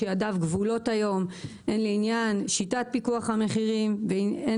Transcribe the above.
שידיו כבולות היום לעניין שיטת פיקוח המחירים והן